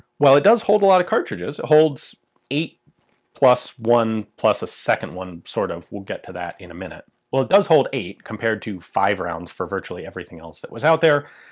well, it does hold a lot of cartridges. it holds eight plus one plus a second one, sort of, we'll get to that in a minute. well it does hold eight compared to five rounds for virtually everything else that was out there.